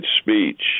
speech